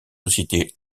sociétés